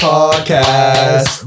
Podcast